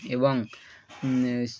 এবং